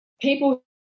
people